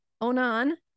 Onan